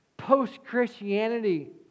Post-Christianity